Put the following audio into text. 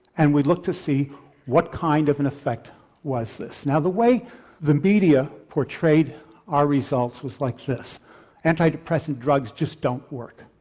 and we looked to see what kind of an effect was this. now the way the media portrayed our results was like this antidepressant drugs just don't work.